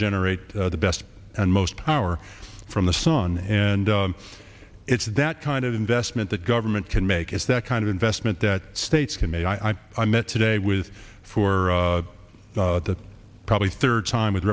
generate the best and most power from the sun and it's that kind of investment that government can make is that kind of investment that states can made i i met today with for that probably third time with